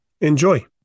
Enjoy